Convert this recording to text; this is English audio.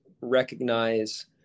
recognize